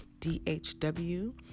DHW